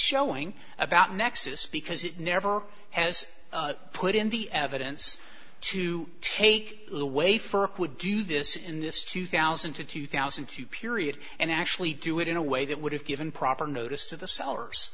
showing about nexus because it never has put in the evidence to take away for a quick do this in this two thousand to two thousand and few period and actually do it in a way that would have given proper notice to the sellers